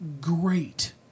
great